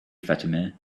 fatima